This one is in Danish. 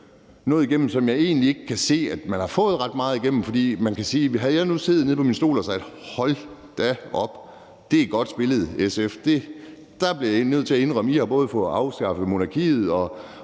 noget igennem. Og jeg kan egentlig ikke kan se, at man har fået ret meget igennem. For hvis jeg nu havde siddet nede på min stol og havde sagt, at hold da op, det er godt spillet, SF, det bliver jeg nødt til at indrømme, for I har både fået afskaffet monarkiet og